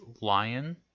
Lion